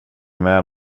med